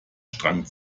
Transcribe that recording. strang